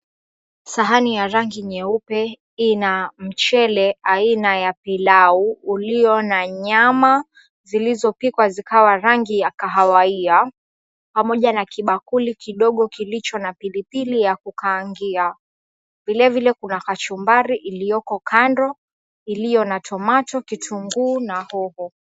Sahani ya rangi nyeupe ina mchele aina ya pilau ulio na nyama zilizopikwa zikawa rangi ya kahawia, pamoja na kibakuli kidogo kilicho na pilipili ya kukaangia. Vilevile kuna kachumbari iliyoko kando iliyo na tomato , kitunguu na hoho.